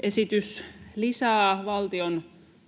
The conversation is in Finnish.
Esitys lisää valtion